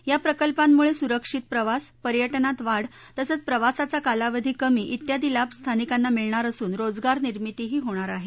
या प्रकल्पांमुळे सुरक्षित प्रवास पर्याज्ञात वाढ तसंच प्रवासाचा कालावधी कमी इत्यादी लाभ स्थानिकांना मिळणार असून रोजगार निर्मितीही होणार आहे